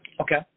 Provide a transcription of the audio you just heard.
Okay